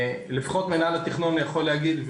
לפחות מינהל התכנון יכול להגיד,